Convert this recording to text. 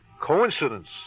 coincidence